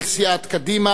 (תיקון, קבלת מסמכים בשפה רשמית),